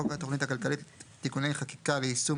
חוק התכנית הכלכלית (תיקוני חקיקה ליישום